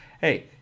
hey